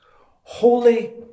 holy